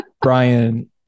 Brian